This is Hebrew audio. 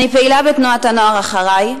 אני פעילה בתנועת הנוער "אחרי",